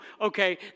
okay